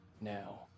now